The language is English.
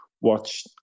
watch